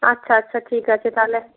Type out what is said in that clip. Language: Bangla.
আচ্ছা আচ্ছা ঠিক আছে তাহলে